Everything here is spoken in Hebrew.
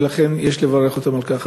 ולכן יש לברך אותם על כך.